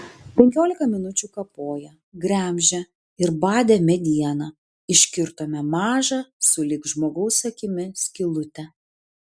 penkiolika minučių kapoję gremžę ir badę medieną iškirtome mažą sulig žmogaus akimi skylutę